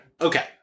Okay